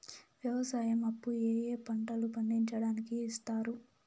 వ్యవసాయం అప్పు ఏ ఏ పంటలు పండించడానికి ఇస్తారు?